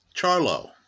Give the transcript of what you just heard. Charlo